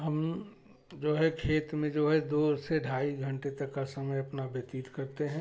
हम जो है खेत में जो है दो से ढाई घंटे तक का समय अपना व्यतीत करते हैं